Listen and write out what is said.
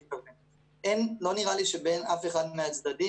לא נראה שיש מחלוקת בין הצדדים.